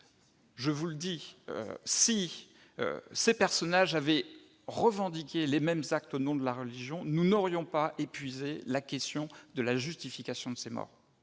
que nous portons. Si ces personnes avaient revendiqué leurs actes au nom de la religion, nous n'aurions pas épuisé la question de la justification de ces morts.